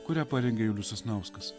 kurią parengė julius sasnauskas